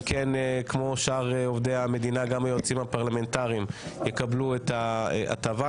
הפרלמנטריים כמו שאר עובדי המדינה יקבלו את ההטבה.